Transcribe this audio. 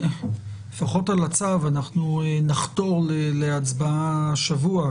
לפחות על הצו אנחנו נחתור להצבעה השבוע,